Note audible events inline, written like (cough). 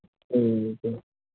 (unintelligible)